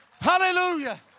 hallelujah